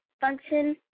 function